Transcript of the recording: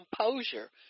composure